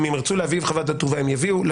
אם הם ירצו להביא חוות-דעת כתובה, הם יביאו.